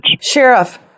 sheriff